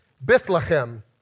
Bethlehem